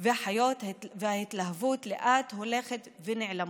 והחיוּת וההתלהבות לאט הולכות ונעלמות.